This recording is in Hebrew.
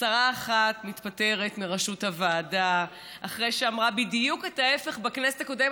שרה אחת מתפטרת מראשות הוועדה אחרי שאמרה בדיוק את ההפך בכנסת הקודמת,